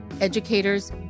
educators